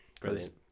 Brilliant